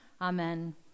Amen